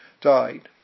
died